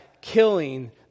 killing